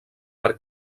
per